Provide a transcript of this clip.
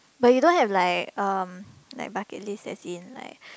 but you don't have like um like bucket list as in like